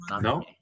no